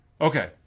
Okay